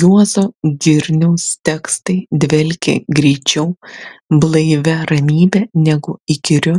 juozo girniaus tekstai dvelkė greičiau blaivia ramybe negu įkyriu